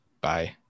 Bye